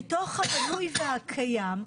מתוך הבנוי והקיים,